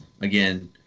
again